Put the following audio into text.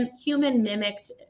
human-mimicked